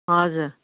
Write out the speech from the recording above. हजुर